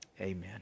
Amen